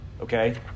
Okay